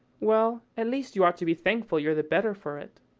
well, at least you ought to be thankful you're the better for it.